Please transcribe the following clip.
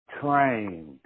trained